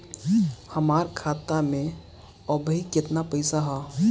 हमार खाता मे अबही केतना पैसा ह?